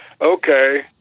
okay